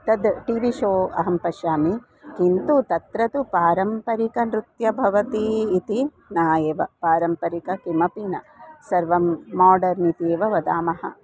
तद् T V show अहं पश्यामि किन्तु तत्र तु पारम्परिकनृत्यं भवति इति न एव पारम्परिकं किमपि न सर्वं माडर्न् इति एव वदामः